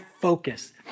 focus